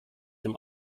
dem